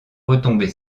retomber